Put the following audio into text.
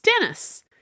Dennis